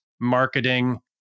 marketing